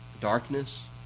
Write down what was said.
darkness